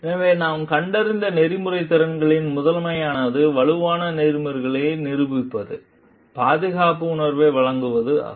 எனவே நாம் கண்டறிந்த நெறிமுறைத் திறன்களில் முதன்மையானது வலுவான நெறிமுறைகளை நிரூபிப்பதும் பாதுகாப்பு உணர்வை வழங்குவதும் ஆகும்